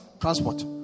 transport